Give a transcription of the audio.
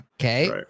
Okay